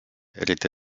eriti